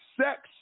sex